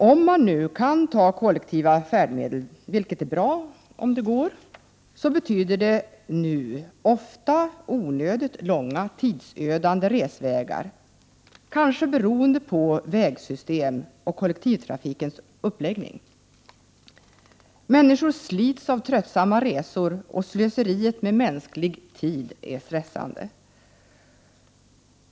Om man nu kan använda kollektiva färdmedel, vilket är bra om det går, innebär det ofta onödigt långa, tidsödande resvägar, kanske beroende på vägsystem och kollektivtrafikens uppläggning. Människor slits av tröttsamma resor, och slöseriet med mänsklig tid är stressande.